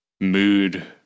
mood